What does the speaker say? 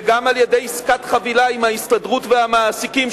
וגם על-ידי עסקת חבילה עם ההסתדרות והמעסיקים,